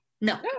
no